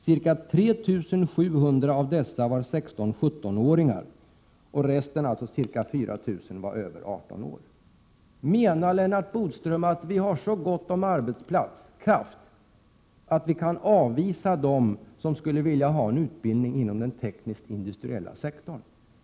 Ca 3 700 av dessa var 16-17-åringar ———.” Resten, dvs. ca 4 000, var över 18 år. : Menar Lennart Bodström att vi har så gott om arbetskraft att vi kan avvisa dem som skulle vilja ha en utbildning inom den teknisk-industriella sektorn?